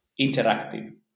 interactive